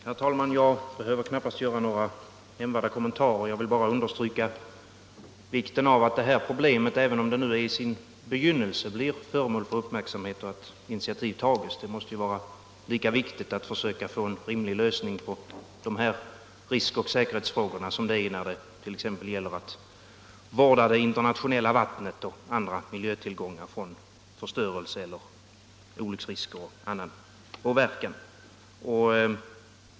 Herr talman! Jag behöver knappast göra några nämnvärda kommentarer. Jag vill bara understryka vikten av att det här problemet, även om det nu är i sin begynnelse, blir föremål för uppmärksamhet och att initiativ tas. Det måste vara lika viktigt att försöka få rimliga lösningar på de här riskoch säkerhetsfrågorna som det exempelvis är att vårda de internationella vattnen och andra miljötillgångar och skydda dem mot förstörelse och olycksrisker.